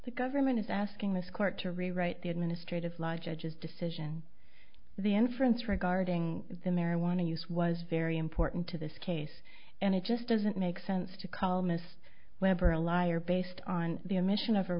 the government is asking this court to rewrite the administrative law judges decision the inference regarding the marijuana use was very important to this case and it just doesn't make sense to call miss webber a liar based on the admission of a